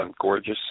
gorgeous